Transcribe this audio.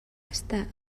està